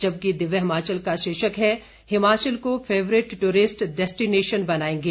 जबकि दिव्य हिमाचल का शीर्षक है हिमाचल को फेवरिट टूरिस्ट डैस्टिनेशन बनाएंगे